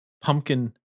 pumpkin